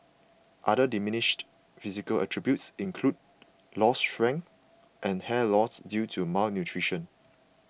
other diminished physical attributes include lost strength and hair loss due to malnutrition